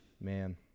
Man